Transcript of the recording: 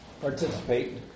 participate